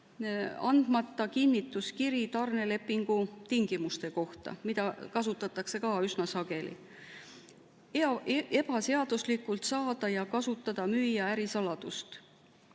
andmata kinnituskiri tarnelepingu tingimuste kohta, mida kasutatakse ka üsna sageli, ebaseaduslikult saada ja kasutada müüja ärisaladust,